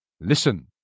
Listen